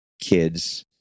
kids